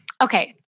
Okay